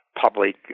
public